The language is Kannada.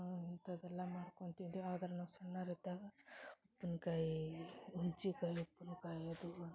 ಇಂಥದ್ದೆಲ್ಲ ಮಾಡ್ಕೊಂತಿದ್ವಿ ಆದ್ರ ನಾವು ಸಣ್ಣೋರು ಇದ್ದಾಗ ಉಪ್ಪುನ ಕಾಯಿ ಹುಣ್ಚಿ ಕಾಯಿ ಉಪ್ಪುನ ಕಾಯಿ ಅದು ಅಂತಂದರೆ